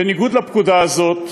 בניגוד לפקודה הזאת,